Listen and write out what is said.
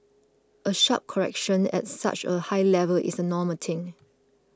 a sharp correction at such a high level is a normal thing